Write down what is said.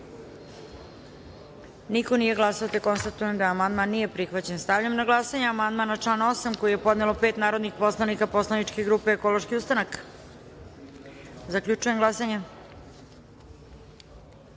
glasanje: za - niko. Konstatujem da amandman nije prihvaćen. Stavljam na glasanje amandman na član 12. koji je podnelo pet narodnih poslanika poslaničke grupe Ekološki ustanak. Zaključujem glasanje: